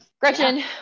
Gretchen